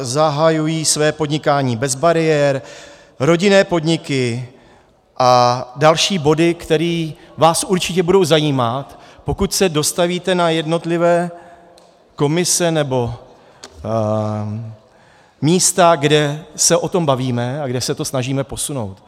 Zahajují své podnikání bez bariér, rodinné podniky a další body, které vás určitě budou zajímat, pokud se dostavíte na jednotlivé komise nebo místa, kde se o tom bavíme a kde se to snažíme posunout.